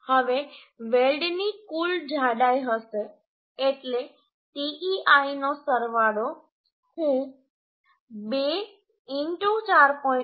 હવે વેલ્ડની કુલ જાડાઈ હશે એટલે te I નો સરવાળો હું 2 4